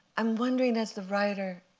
i'm wondering, as the writer,